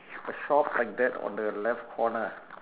a shop like that on the left corner